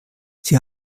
sie